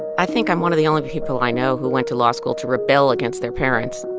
i think i'm one of the only people i know who went to law school to rebel against their parents.